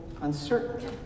uncertain